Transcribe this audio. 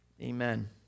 Amen